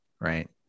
Right